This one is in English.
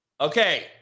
Okay